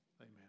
amen